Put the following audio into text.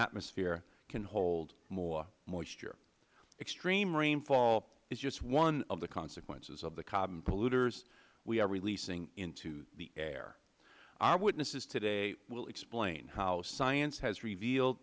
atmosphere can hold more moisture extreme rainfall is just one of the consequences of the carbon pollution we are releasing into the air our witnesses today will explain how science has revealed